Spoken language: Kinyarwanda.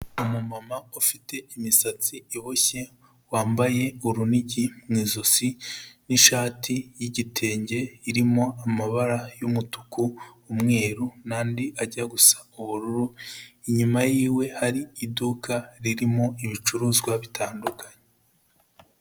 Umumama ufite imisatsi iboshye, wambaye urunigi mu ijosi n'ishati y'igitenge irimo amabara y'umutuku, umweru n'andi ajya gusa ubururu, inyuma yiwe hari iduka ririmo ibicuruzwa bitandukanye.